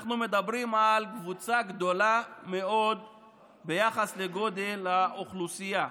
אנחנו מדברים על קבוצה גדולה מאוד ביחס לגודל האוכלוסייה,